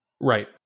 Right